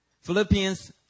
Philippians